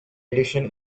edition